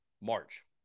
March